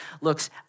looks